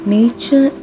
Nature